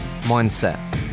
mindset